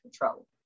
control